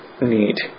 need